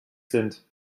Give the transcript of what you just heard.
sind